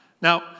Now